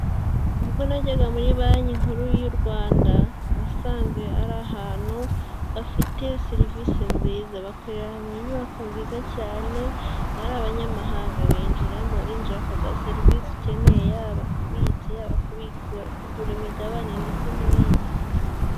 Ubwo najyaga muri banki nkuru y'u Rwanda, nasanze ari ahantu bafiye serivisi nziza, bakorera mu nyubako nziza cyane, ari abanyamahanga binjiramo, uriinjira bakaguha serivisi ukeneye, yaba kubitsa, yaba kubikura, kugura imigabane ndetse n'ibindi.